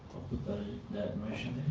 but that motion then.